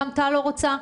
גם טל לא רוצה.